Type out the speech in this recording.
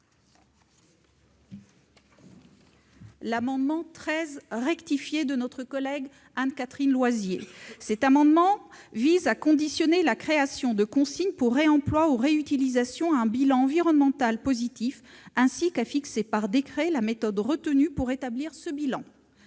L'amendement n° 13 rectifié de notre collègue Anne-Catherine Loisier vise à subordonner la création de consignes pour réemploi ou réutilisation à la réalisation d'un bilan environnemental positif, ainsi qu'à fixer par décret la méthode retenue pour établir ce bilan.